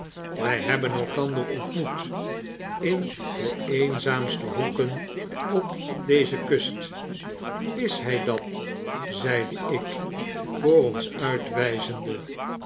wy bebben elkander ontmoet in de eenzaamste hoeken op deze kust b ls hy dat zeide ik voor onsuitwyzende